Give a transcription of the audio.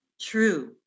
True